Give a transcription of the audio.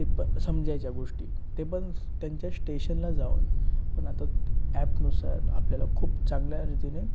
तितपं समजायच्या गोष्टी ते पण श त्यांच्या ष्टेशनला जाऊन पण आता ॲपनुसार आपल्याला खूप चांगल्या रीतीने